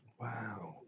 Wow